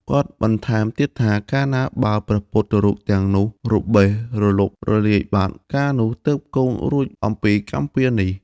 គាត់បន្ថែមទៀតថា កាលណាបើព្រះពុទ្ធរូបទាំងនោះរបេះរលុបរលាយបាត់ កាលនោះទើបកូនរួចអំពីកម្មពៀរនេះ។